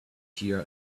here